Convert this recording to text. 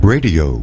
Radio